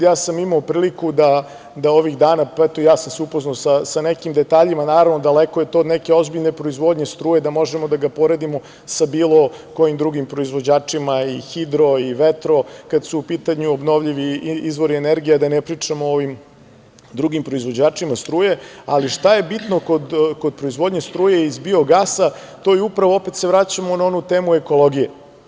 Imao sam priliku da ovih dana, pa eto i ja sam se upoznao sa nekim detaljima, naravno, daleko je to od neke ozbiljne proizvodnje struje, da možemo da ga poredimo sa bilo kojim drugim proizvođačima i hidro i vetro, kada su u pitanju obnovljivi izvori energije, a da ne pričamo o ovim drugim proizvođačima struje, ali šta je bitno kod proizvodnje struje iz biogasa, to je upravo, a opet se vraćamo na onu temu ekologije.